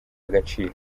agaciro